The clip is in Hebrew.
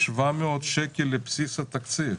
700 שקל לבסיס התקציב.